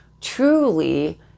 truly